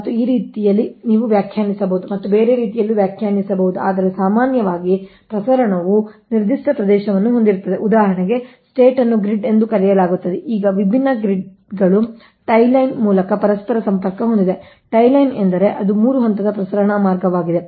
ಮತ್ತು ಈ ರೀತಿಯಲ್ಲಿ ನೀವು ವ್ಯಾಖ್ಯಾನಿಸಬಹುದು ಮತ್ತು ಬೇರೆ ರೀತಿಯಲ್ಲಿಯೂ ವ್ಯಾಖ್ಯಾನಿಸಬಹುದು ಆದರೆ ಸಾಮಾನ್ಯವಾಗಿ ಪ್ರಸರಣವು ನಿರ್ದಿಷ್ಟ ಪ್ರದೇಶವನ್ನು ಹೊಂದಿರುತ್ತದೆ ಉದಾಹರಣೆಗೆ ಸ್ಟೇಟ್ನ್ನು ಗ್ರಿಡ್ ಎಂದು ಕರೆಯಲಾಗುತ್ತದೆ ಈಗ ವಿಭಿನ್ನ ಗ್ರಿಡ್ಗಳು ಟೈ ಲೈನ್ಗಳ ಮೂಲಕ ಪರಸ್ಪರ ಸಂಪರ್ಕ ಹೊಂದಿವೆ ಟೈ ಲೈನ್ ಎಂದರೆ ಅದು 3 ಹಂತದ ಪ್ರಸರಣ ಮಾರ್ಗವಾಗಿದೆ